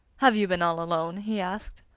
have you been all alone? he asked.